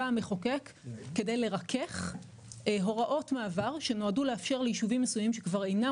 המחוקק כדי לרכך הוראות מעבר שנועדו לאפשר לישובים מסוימים שכבר אינם